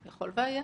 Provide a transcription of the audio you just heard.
יכול והיה.